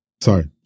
Sorry